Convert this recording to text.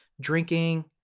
drinking